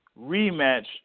rematch